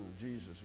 Jesus